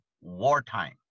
wartime